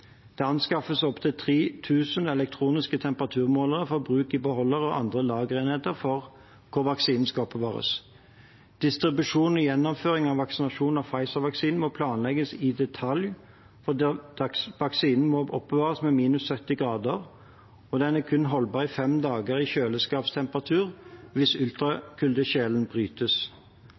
Det anskaffes opptil 3 000 elektroniske temperaturmålere for bruk i beholdere og andre lagerenheter hvor vaksiner skal oppbevares. Distribusjon og gjennomføring av vaksinasjon med Pfizer-vaksinen må planlegges i detalj fordi vaksinen må oppbevares ved minus 70 grader, og den er kun holdbar i fem dager i kjøleskaptemperatur hvis ultrakjølekjeden brytes.